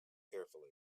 carefully